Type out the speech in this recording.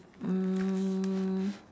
mm